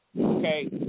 Okay